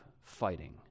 fighting